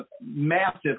massive